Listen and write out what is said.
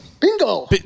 Bingo